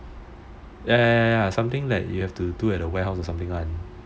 ya ya something you have to do at the warehouse or something [one]